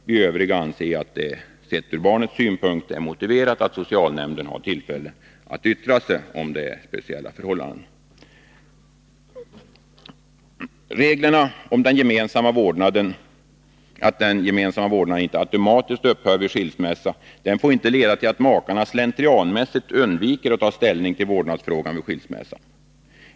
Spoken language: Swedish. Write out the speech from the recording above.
Vi övriga anser att det, sett från barnets synpunkt, är motiverat att socialnämnden har tillfälle att yttra sig och kan ange om speciella förhållanden föreligger. Reglerna om att den gemensamma vårdnaden inte automatiskt upphör vid skilsmässa får inte leda till att makarna slentrianmässigt undviker att ta ställning till vårdnadsfrågan vid skilsmässa.